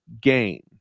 gain